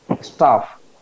staff